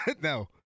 No